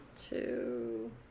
Two